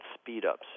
speed-ups